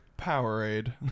Powerade